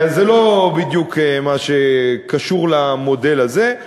זה לא בדיוק מה שקשור למודל הזה.